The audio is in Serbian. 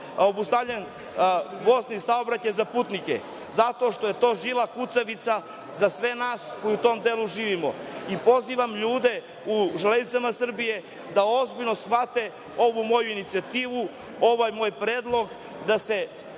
obustavljen vozni saobraćaj za putnike zato što je to žila kucavica za sve nas koji u tom delu živimo. Pozivam ljude u Železnicama Srbije da ozbiljno shvate ovu moju inicijativu, ovaj moj predlog da se